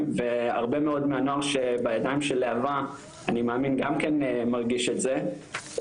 והרבה מאוד מהנוער שבידיים של להב"ה אני מאמין גם כן מרגיש את זה,